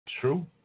True